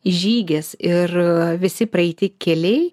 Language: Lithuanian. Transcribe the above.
žygis ir visi praeiti keliai